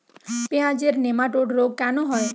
পেঁয়াজের নেমাটোড রোগ কেন হয়?